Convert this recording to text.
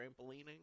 trampolining